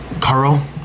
Carl